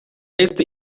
este